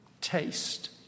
taste